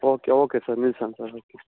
okay okay sir ನಿಲ್ಸಣ sir okay